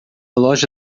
loja